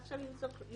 עכשיו יהיו שלושה.